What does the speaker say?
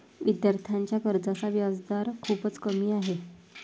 विद्यार्थ्यांच्या कर्जाचा व्याजदर खूपच कमी आहे